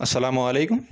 السلام علیکم